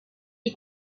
est